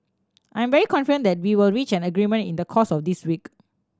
I'm very confident that we will reach an agreement in the course of this week